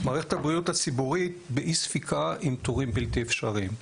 מערכת הבריאות הציבורית באי ספיקה עם תורים בלתי אפשריים.